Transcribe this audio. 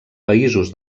països